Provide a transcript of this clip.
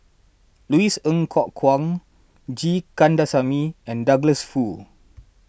Louis Ng Kok Kwang G Kandasamy and Douglas Foo